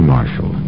Marshall